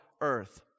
earth